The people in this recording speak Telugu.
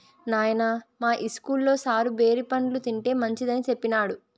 నాయనా, మా ఇస్కూల్లో సారు బేరి పండ్లు తింటే మంచిదని సెప్పినాడు